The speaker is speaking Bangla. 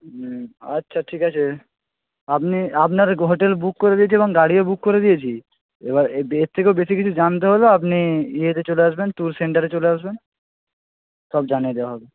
হুম আচ্ছা ঠিক আছে আপনি আপনার হোটেল বুক করে দিয়েছি এবং গাড়িও বুক করে দিয়েছি এবার এর থেকেও বেশি কিছু জানতে হলে আপনি ইয়েতে চলে আসবেন ট্যুর সেন্টারে চলে আসবেন সব জানিয়ে দেওয়া হবে